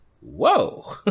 whoa